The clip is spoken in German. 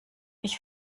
ich